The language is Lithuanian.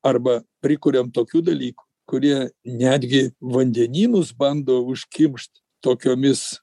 arba prikuriam tokių dalykų kurie netgi vandenynus bando užkimšt tokiomis